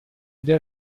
del